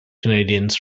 canadians